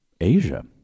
Asia